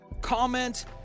comment